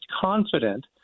confident